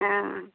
हँ